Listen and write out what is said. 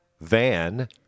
Van –